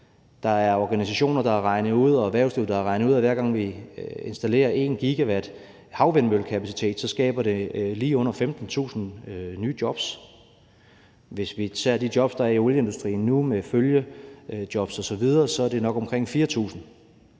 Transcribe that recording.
der har regnet ud, og erhvervsliv, der har regnet ud, at hver gang vi installerer 1 GW havvindmøllekapacitet, skaber det lige under 15.000 nye jobs. Hvis vi tager de jobs, der er i olieindustrien nu, med følgejobs osv., er det nok omkring 4.000.